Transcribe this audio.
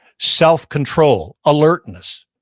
self-control, alertness,